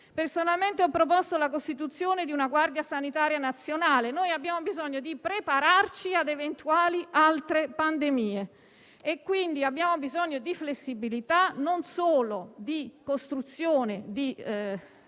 Personalmente ho proposto la costituzione di una guardia sanitaria nazionale in quanto abbiamo bisogno di prepararci a eventuali altre pandemie. Abbiamo pertanto bisogno di flessibilità (e non solo di costruzione di